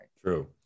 True